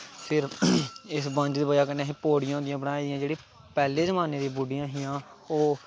फिर इस बंज दी बज़ाह् कन्नै असैं पोड़ियां होंदियां बनाई दियां जेह्ड़ियां पैह्लें जमानें दियां बुड्डियां हां ओह्